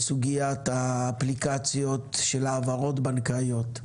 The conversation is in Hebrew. סוגיית האפליקציות של העברות בנקאיות,